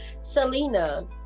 selena